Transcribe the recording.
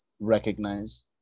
recognize